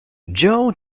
joe